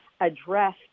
address